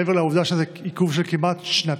מעבר לעובדה שזה עיכוב של שנתיים